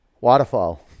Waterfall